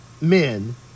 men